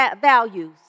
values